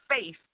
faith